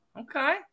Okay